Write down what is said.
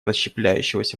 расщепляющегося